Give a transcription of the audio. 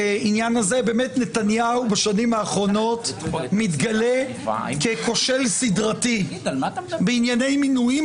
לומר שנתניהו בשנים האחרונות מתגלה ככושל סדרתי בענייני מינויים,